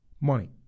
money